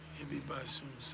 he'll be by soon, so